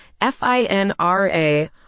FINRA